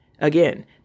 Again